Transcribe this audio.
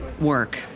work